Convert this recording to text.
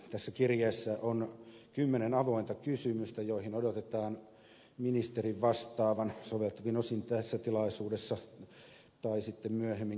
tässä kirjeessä on kymmenen avointa kysymystä joihin odotetaan ministerin vastaavan soveltuvin osin tässä tilaisuudessa tai sitten myöhemmin kirjallisesti